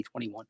2021